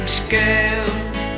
scaled